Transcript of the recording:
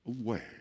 away